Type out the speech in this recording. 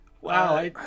Wow